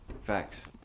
facts